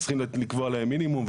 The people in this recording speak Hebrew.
צריכים לקבוע להם מינימום.